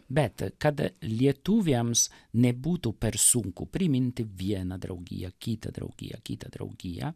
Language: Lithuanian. bet kad lietuviams nebūtų per sunku priminti vieną draugiją kitą draugiją kitą draugiją